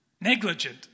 negligent